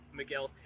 Miguel